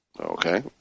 okay